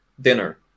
dinner